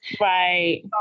Right